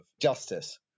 justice